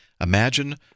Imagine